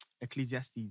Ecclesiastes